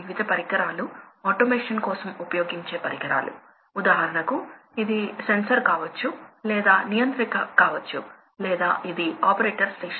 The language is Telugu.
వివిధ రకాల ఫ్లో కంట్రోల్ అప్లికేషన్స్ పరిగణలోకి తీసుకోవడానికి ప్రయత్నిస్తున్న అప్లికేషన్ ఏమిటి